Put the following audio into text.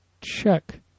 check